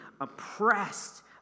oppressed